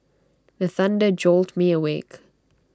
the thunder jolt me awake